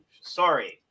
Sorry